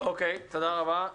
תודה רבה.